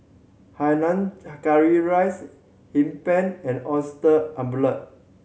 hainan curry rice Hee Pan and oyster